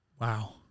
Wow